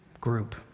group